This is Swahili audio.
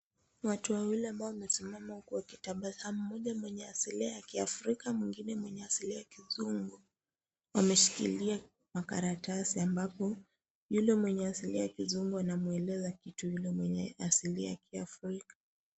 Watu wawili ambao wamesimama huku wakitabasama mmoja wao wa asili ya kiafrika na mwingine asili ya kizungu wameshikilia makaratasi ambapo yule mwenye asili ya kizungu anamweleza kitu yule mwenye asili ya kiafrika.